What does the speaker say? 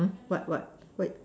what what wait